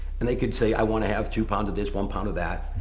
and they could say i wanna have two pounds of this, one pound of that.